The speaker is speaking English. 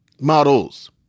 Models